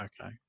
okay